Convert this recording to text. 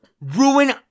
ruin